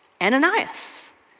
Ananias